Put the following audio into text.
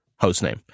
hostname